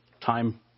time